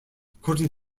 according